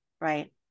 right